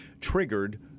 triggered